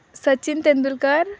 Sachin Tendulkar